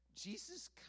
Jesus